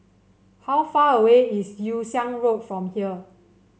how far away is Yew Siang Road from here